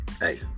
hey